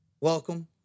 welcome